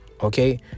Okay